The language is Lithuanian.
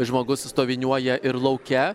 žmogus stoviniuoja ir lauke